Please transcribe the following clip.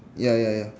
ya ya ya